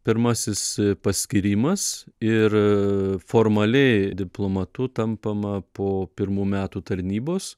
pirmasis paskyrimas ir formaliai diplomatu tampama po pirmų metų tarnybos